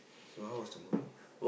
so how was the movie